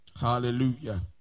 hallelujah